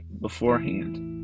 beforehand